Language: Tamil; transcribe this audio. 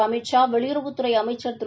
அமித் ஷா வெளியுறவுத்துறைஅமைச்சர் திரு